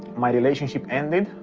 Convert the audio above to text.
my relationships ended,